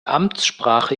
amtssprache